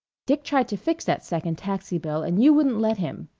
dick tried to fix that second taxi bill, and you wouldn't let him.